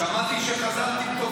שמעתי שחזרת עם תובנות.